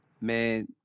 man